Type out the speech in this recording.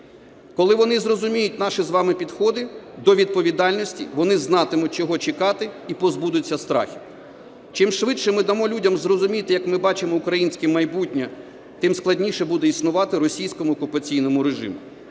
Коли вони зрозуміють наші з вами підходи до відповідальності, вони знатимуть, чого чекати, і позбудуться страхів. Чим швидше ми дамо людям зрозуміти, як ми бачимо українське майбутнє, тим складніше буде існувати російському окупаційному режиму.